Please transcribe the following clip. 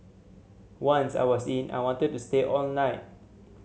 once I was in I wanted to stay all night